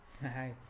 Hi